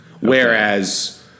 Whereas